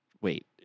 wait